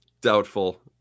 doubtful